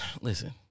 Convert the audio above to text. Listen